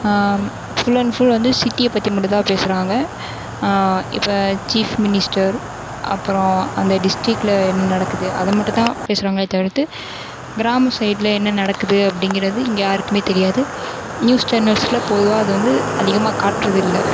full and full வந்து சிட்டியை பற்றி மட்டுந்தான் பேசுறாங்க இப்போ சீஃப் மினிஸ்டர் அப்புறோம் அந்த டிஸ்ட்ரிக்டில என்ன நடக்குது அதை மட்டுந்தான் பேசுறாங்களே தவிர்த்து கிராம சைடில் என்ன நடக்குது அப்படிங்கிறது இங்கே யாருக்குமே தெரியாது நியூஸ் சேனல்ஸில் பொதுவாக அது வந்து அதிகமாக காட்றதில்லை